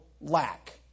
lack